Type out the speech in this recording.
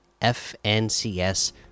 FNCS